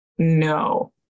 No